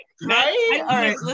right